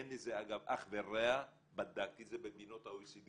אין לזה אגב אח ורע - בדקתי את זה במדינות ה-OECD